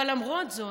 אבל למרות זאת,